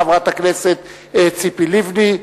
חברת הכנסת ציפי לבני.